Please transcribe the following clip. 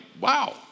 wow